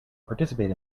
participate